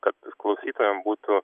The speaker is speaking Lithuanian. kad klausytojam būtų